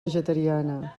vegetariana